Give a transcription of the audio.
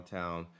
town